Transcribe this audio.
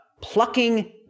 plucking